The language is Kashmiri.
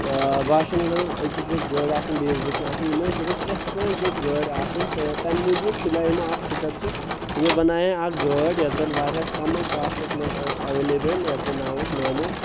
باشَندس گژھ أکِس گژھِ گٲڑۍ آسٕنۍ بیٚیِس گژھِ نہٕ آسٕنۍ یِم ٲسۍ دَپان پرٛؠتھ کٲنٛسہِ گژھِ گٲڑۍ آسٕنۍ تہٕ تَمہِ موٗجوٗب تُلیو یِمو اکھ سٹپ زِ یِمو بنایے اکھ گٲڑۍ یۄس زَن واریاہ کمَ کاسٹَس منٛز ٲسۍ ایٚولیبٕل یَتھ زَن ناو اوس نینو